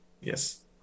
Yes